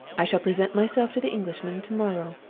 i shall present myself to the englishman to-morrow,